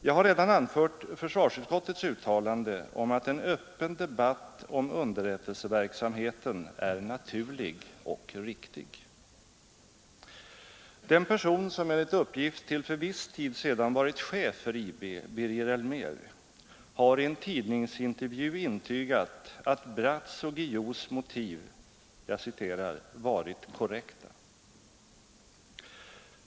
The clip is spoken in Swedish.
Jag har redan anfört försvarsutskottets uttalande om att en öppen debatt om underrättelseverksamheten är naturlig och riktig. Den person som enligt uppgift till för viss tid sedan varit chef för IB, Birger Elmér, har i en tidningsintervju intygat att Bratts och Guillous motiv ”varit korrekta”.